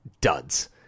duds